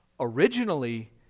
Originally